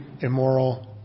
immoral